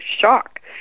shock